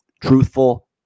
truthful